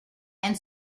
and